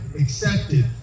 accepted